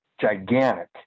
gigantic